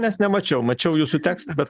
nes nemačiau mačiau jūsų tekstą bet